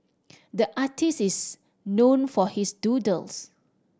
the artist is known for his doodles